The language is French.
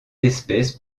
espèce